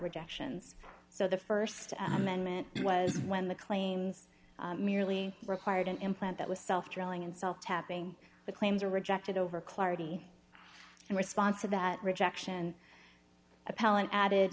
rejections so the st amendment was when the claims merely required an implant that was self drilling and sell tapping the claims are rejected over clarity and response to that rejection appellant added